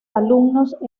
alumnos